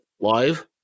live